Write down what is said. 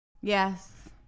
Yes